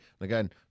Again